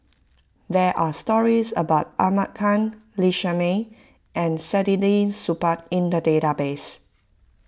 there are stories about Ahmad Khan Lee Shermay and Saktiandi Supaat in the database